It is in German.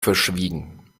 verschwiegen